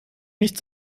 nicht